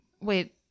Wait